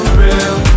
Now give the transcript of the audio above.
real